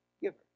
giver